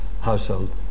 household